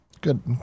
Good